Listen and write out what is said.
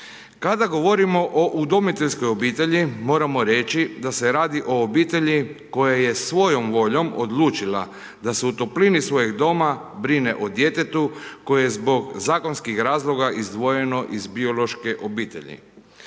Kada govorimo o udomiteljskoj obitelji, moramo reći da se radi o obitelji koja je svojom voljom odlučila da se o toplini svojeg doma brine o djetetu koje zbog zakonskih razloga izdvojeno iz biološke obitelji.